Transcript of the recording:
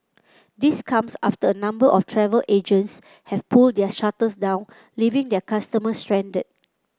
this comes after a number of travel agents have pulled their shutters down leaving their customers stranded